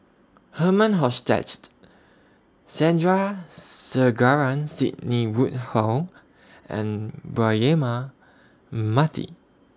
Herman Hochstadt Sandrasegaran Sidney Woodhull and Braema Mati